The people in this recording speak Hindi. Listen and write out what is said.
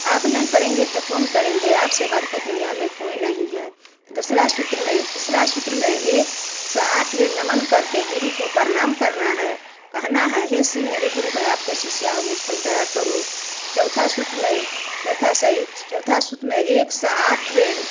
आप न करेंगे तो कौन करेंगे आपसे बढ़कर दुनिया में कोई नहीं है दूसरे सूत्र में तीसरे सूत्र में एक सौ आठ बार नमन करके गुरु को प्रणाम करना है कहना है हे शिव मेरे गुरु हैं आपको शिष्या हूँ मुझ पर दया करो चौथा सूत्र में चौथा सही चौथा सूत्र में एक सौ आठ बेर